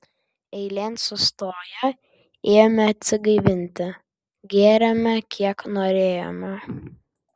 eilėn sustoję ėjome atsigaivinti gėrėme kiek norėjome